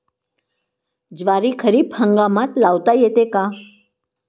ज्वारी खरीप हंगामात लावता येते का?